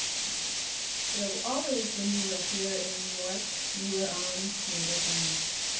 so, always, when you are here in new york, you are on native land.